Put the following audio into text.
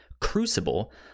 Crucible